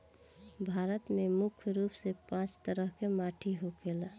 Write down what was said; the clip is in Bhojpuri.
भारत में मुख्य रूप से पांच तरह के माटी होखेला